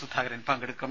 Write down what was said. സുധാകരൻ പങ്കെടുക്കും